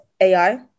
ai